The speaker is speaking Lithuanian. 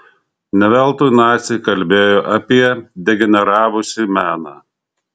ne veltui naciai kalbėjo apie degeneravusį meną